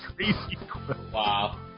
Wow